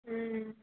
ओम